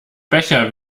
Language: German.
becher